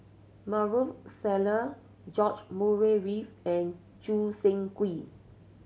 Maarof Salleh George Murray Reith and Choo Seng Quee